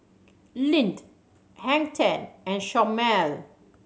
Lindt Hang Ten and Chomel